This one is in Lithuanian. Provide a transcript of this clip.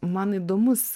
man įdomus